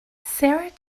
sarah